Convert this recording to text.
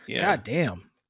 Goddamn